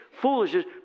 foolishness